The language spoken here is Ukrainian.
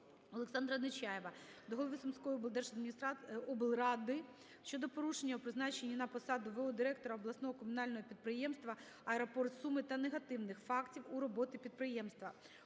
Олександра Нечаєва до Голови Сумської облради щодо порушень у призначенні на посадув.о. директора обласного комунального підприємства "Аеропорт Суми" та негативних фактів у роботі підприємства.